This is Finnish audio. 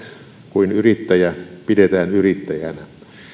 kuin yrittäjä pidetään yrittäjänä